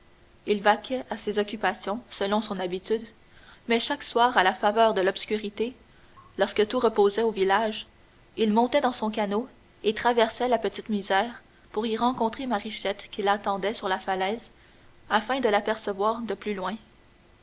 il vaquait à ses occupations selon son habitude mais chaque soir à la faveur de l'obscurité lorsque tout reposait au village il montait dans son canot et traversait à la petite misère pour y rencontrer marichette qui l'attendait sur la falaise afin de l'apercevoir de plus loin